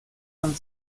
man